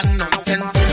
nonsense